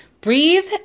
Breathe